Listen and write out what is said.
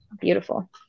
beautiful